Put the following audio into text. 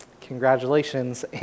Congratulations